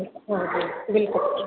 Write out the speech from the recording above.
ಹಾಂ bill bill